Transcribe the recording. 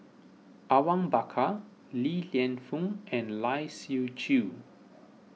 Awang Bakar Li Lienfung and Lai Siu Chiu